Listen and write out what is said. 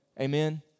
Amen